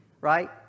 right